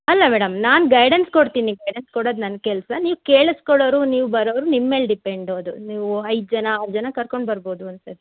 ಅಲ್ಲ ಮೇಡಮ್ ನಾನ್ ಗೈಡೆನ್ಸ್ ಕೊಡ್ತೀನಿ ಗೈಡೆನ್ಸ್ ಕೊಡೋದು ನನ್ನ ಕೆಲಸ ನೀವು ಕೇಳಸ್ಕೊಳೋವ್ರು ನೀವು ಬರೋವ್ರು ನಿಮ್ಮ ಮೇಲೆ ಡಿಪೆಂಡ್ ಅದು ನೀವು ಐದು ಜನ ಆರು ಜನ ಕರ್ಕೊಂಡು ಬರ್ಬವ್ದು ಒಂದು ಸರಿ